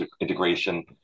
integration